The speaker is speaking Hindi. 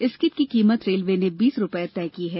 इस किट की कीमत रेलवे ने बीस रुपये तय की है